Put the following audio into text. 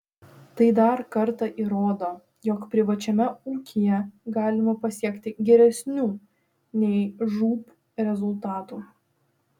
tai dar kartą įrodo jog privačiame ūkyje galima pasiekti geresnių nei žūb rezultatų